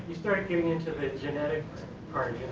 start getting into the genetic part